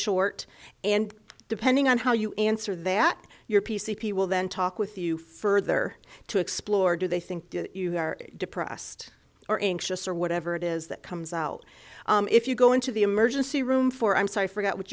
short and depending on how you answer that your p c p will then talk with you further to explore do they think that you are depressed or anxious or whatever it is that comes out if you go into the emergency room for i'm sorry forgot what